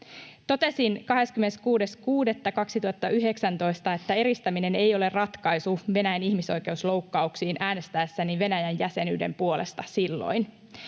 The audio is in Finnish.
Totesin 26.6.2019, että eristäminen ei ole ratkaisu Venäjän ihmisoikeusloukkauksiin äänestäessäni Venäjän jäsenyyden puolesta silloin.